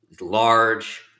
large